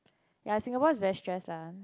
ya Singapore is very stressed lah